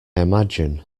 imagine